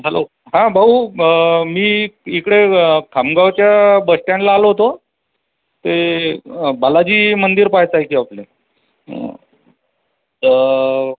hello हा भाऊ मी इकडे खामगावच्या बसस्टँडला आलो होतो ते बालाजी मंदिर पहायचंय की हो आपल्याला तर